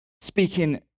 Speaking